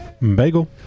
bagel